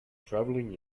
travelling